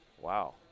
wow